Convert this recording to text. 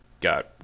got